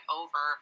over